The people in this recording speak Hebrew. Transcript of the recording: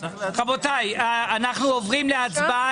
רבותיי, אנחנו עוברים להצבעה.